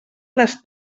les